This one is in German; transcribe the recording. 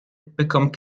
bekommt